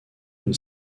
une